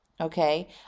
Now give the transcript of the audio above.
okay